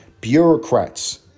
bureaucrats